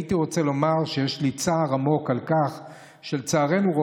הייתי רוצה לומר שיש לי צער עמוק על כך שלצערנו יש